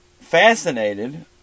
fascinated